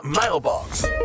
Mailbox